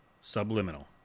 Subliminal